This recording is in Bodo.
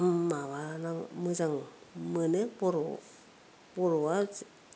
माबा मोजां मोनो बर' बर'आ